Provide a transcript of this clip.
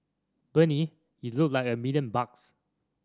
Bernie you look like a million bucks